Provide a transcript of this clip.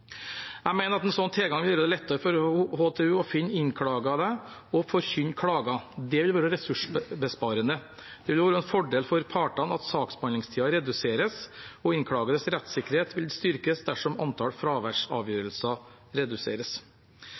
Jeg mener at en slik tilgang vil gjøre det lettere for HTU å finne innklagede og forkynne klager. Det vil være ressursbesparende. Det vil også være en fordel for partene at saksbehandlingstiden reduseres, og innklagedes rettssikkerhet vil styrkes dersom antall fraværsavgjørelser reduseres.